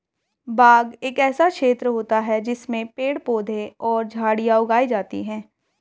बाग एक ऐसा क्षेत्र होता है जिसमें पेड़ पौधे और झाड़ियां उगाई जाती हैं